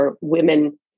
women